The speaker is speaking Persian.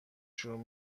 شروع